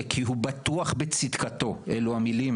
בבקשה.